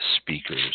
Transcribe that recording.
speakers